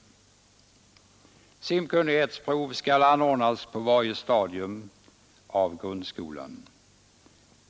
Simkunnighetsprov skall anordnas på varje stadium av grundskolan.